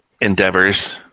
endeavors